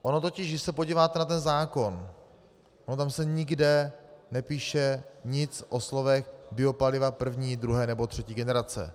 Ono totiž když se podíváte na ten zákon, tam se nikde nepíše nic o slovech biopaliva první, druhé nebo třetí generace.